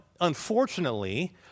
unfortunately